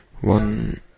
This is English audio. One